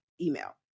email